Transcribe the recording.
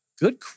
Good